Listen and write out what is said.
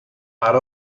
out